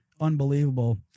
unbelievable